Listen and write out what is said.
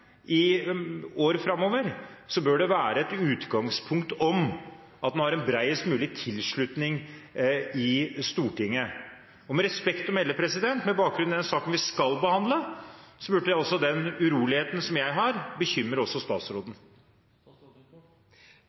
i år framover, er det et utgangspunkt om at det er bredest mulig tilslutning i Stortinget. Med respekt å melde: Med bakgrunn i den saken vi skal behandle, burde den uroligheten som jeg har, også bekymre statsråden.